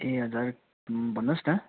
ए हजुर भन्नुहोस् न